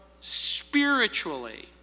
spiritually